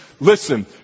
listen